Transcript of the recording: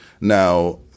Now